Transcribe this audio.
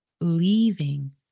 leaving